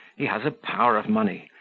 he has a power of money,